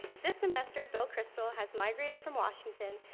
this semester, bill kristol has migrated from washington,